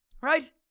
Right